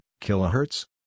Kilohertz